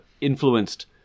influenced